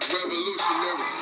Revolutionary